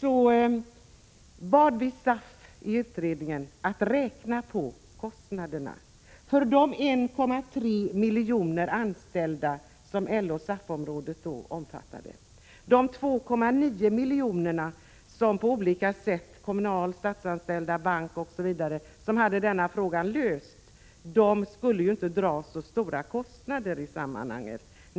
Nu bad vi SAF, som ingick i utredningen, att räkna hur mycket det skulle kosta med de 1,3 miljoner anställda som LO och SAF-området hade, om karensdagarna togs bort. Utbetalningskostnaderna från arbetsgivaren för de 2,9 miljoner anställda som fanns inom Kommunal, Statsanställdas förbund, inom bankvärlden osv. skulle inte bli så höga. De